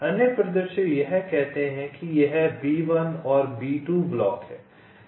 अन्य परिदृश्य यह कहते हैं कि यह B1 और B2 ब्लॉक है